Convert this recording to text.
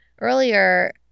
earlier